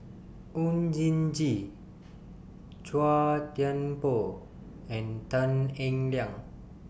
Oon Jin Gee Chua Thian Poh and Tan Eng Liang